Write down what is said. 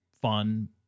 fun